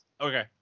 okay